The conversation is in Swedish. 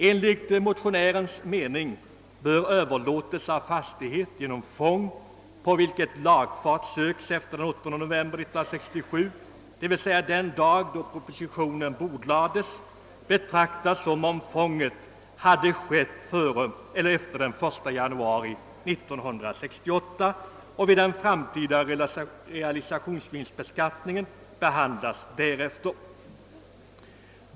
Enligt motionärens mening bör överlåtelse av fastighet genom fång, på vilket lagfart söks efter den 8 november 1967, d.v.s. den dag då propositionen bordlades, betraktas som om fånget hade skett efter den 1 januari 1968 och vid en framtida realisationsvinstbeskattning behandlas i enlighet därmed.